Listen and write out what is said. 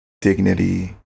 Dignity